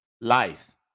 life